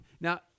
Now